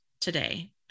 today